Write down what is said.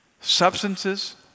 Substances